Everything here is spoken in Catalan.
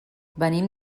venim